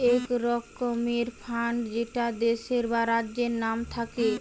এক রকমের ফান্ড যেটা দেশের বা রাজ্যের নাম থাকে